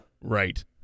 Right